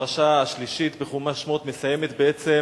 הפרשה השלישית בחומש שמות, מסיימת בעצם